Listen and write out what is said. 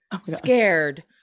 scared